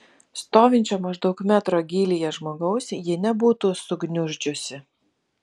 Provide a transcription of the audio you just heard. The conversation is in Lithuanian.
stovinčio maždaug metro gylyje žmogaus ji nebūtų sugniuždžiusi